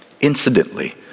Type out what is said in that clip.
Incidentally